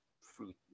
fruit